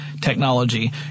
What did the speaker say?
technology